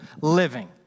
living